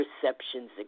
perceptions